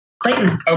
Clayton